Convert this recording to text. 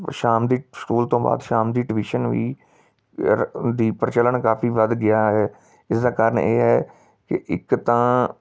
ਸ਼ਾਮ ਦੀ ਸਕੂਲ ਤੋਂ ਬਾਅਦ ਸ਼ਾਮ ਦੀ ਟਿਊਸ਼ਨ ਵੀ ਦੀ ਪ੍ਰਚਲਨ ਕਾਫੀ ਵੱਧ ਗਿਆ ਹੈ ਇਸਦਾ ਕਾਰਨ ਇਹ ਹੈ ਕਿ ਇੱਕ ਤਾਂ